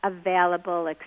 available